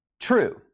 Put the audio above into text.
true